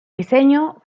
diseño